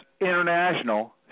international